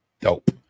Dope